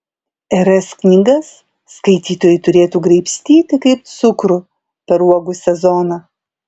r s knygas skaitytojai turėtų graibstyti kaip cukrų per uogų sezoną